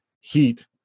heat